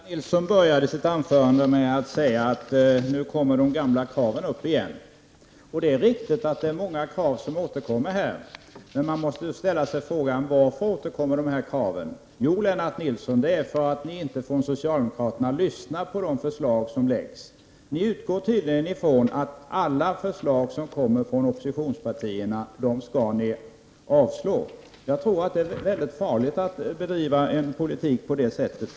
Fru talman! Lennart Nilsson började sitt anförande med att säga att nu kommer de gamla kraven upp igen. Det är riktigt att många krav återkommer. Man måste då ställa sig frågan: Varför återkommer dessa krav? Jo, Lennart Nilsson, de återkommer därför att socialdemokraterna inte lyssnar på de förslag som framförs. Socialdemokraterna utgår tydligen ifrån att alla förslag som kommer från oppositionspartierna skall avstyrkas. Jag tror att det är mycket farligt att bedriva en politik på det sättet.